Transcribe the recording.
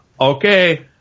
Okay